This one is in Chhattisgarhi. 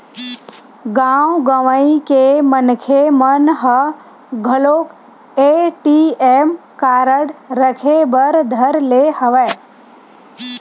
गाँव गंवई के मनखे मन ह घलोक ए.टी.एम कारड रखे बर धर ले हवय